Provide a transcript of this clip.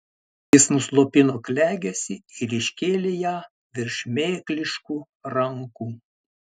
jis nuslopino klegesį ir iškėlė ją virš šmėkliškų rankų